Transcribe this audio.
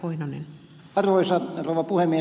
arvoisa rouva puhemies